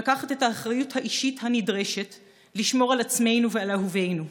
לקחת את האחריות האישית הנדרשת לשמור על עצמנו ועל אהובנו.